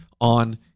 on